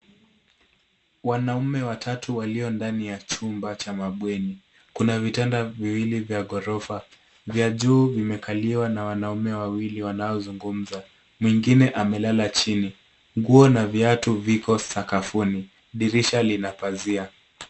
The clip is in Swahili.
Wanaume watatu walio ndani ya chumba cha mabweni. Kuna vitanda viwili vya ghorofa, vya juu vimekaliwa na wanaume wawili wanaozungumza. Mwingine amelala chini. Nguo na viatu ziko sakafuni. Dirisha lina pazia.